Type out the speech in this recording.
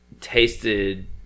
tasted